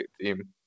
team